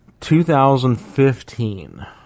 2015